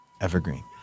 Evergreen